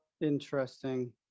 Interesting